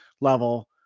level